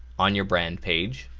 on your brand page